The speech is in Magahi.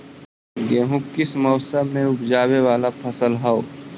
गेहूं किस मौसम में ऊपजावे वाला फसल हउ?